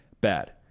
bad